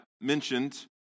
mentioned